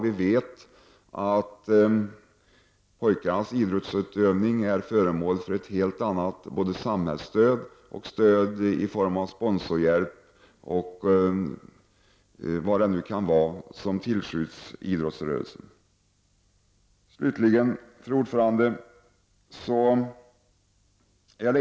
Vi vet ju att pojkarnas idrottsutövning är föremål för ett helt annat samhällsstöd och stöd i form av sponsorhjälp och annat som tillskjuts idrottsrörelsen. Fru talman!